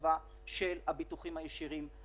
הרחבה של הביטוחים הישירים,